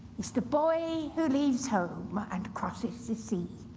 it's the boy who leaves home and crosses the sea.